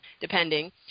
depending